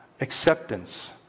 acceptance